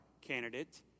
candidate